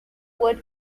wood